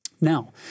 Now